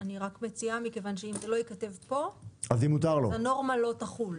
אם זה לא ייכתב פה, הנורמה לא תחול.